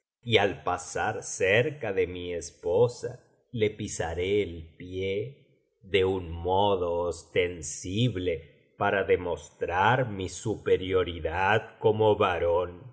y al pasar cerca de mi esposa le pisaré el pie de un modo ostensible para demostrar mi superioridad como varón y